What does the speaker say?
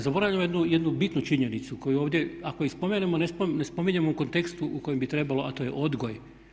Zaboravljamo jednu bitnu činjenicu koju ovdje ako i spomenemo ne spominjemo u kontekstu u kojem bi trebalo, a to je odgoj.